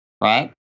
right